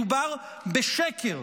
מדובר בשקר.